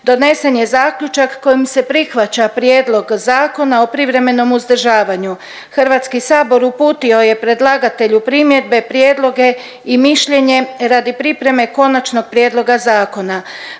donesen je zaključak kojim se prihvaća prijedlog Zakona o privremenom uzdržavanju. Hrvatski sabor uputio je predlagatelju primjedbe, prijedloge i mišljenje radi pripreme konačnog prijedloga zakona.